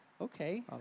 Okay